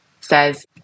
says